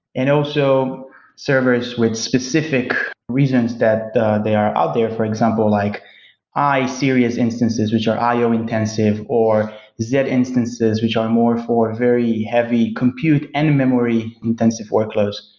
and also servers with specific reasons that they are out there, for example like i series instances, which are i o intensive or z instances, which are more for very heavy compute and nmemory intensive workloads.